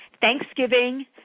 Thanksgiving